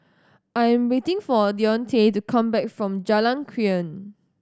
I am waiting for Deontae to come back from Jalan Krian